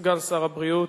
סגן שר הבריאות,